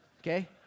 Okay